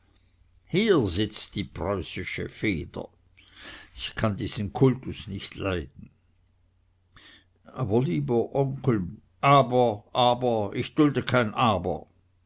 hier sitzt die preußische feder ich kann diesen kultus nicht leiden aber lieber onkel aber aber ich dulde kein aber